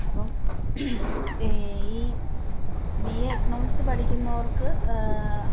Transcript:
അപ്പം ഈ B A economics പഠിക്കുന്നവർക്ക്